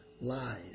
lies